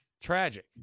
Tragic